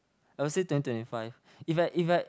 I would say twenty twenty five if I if I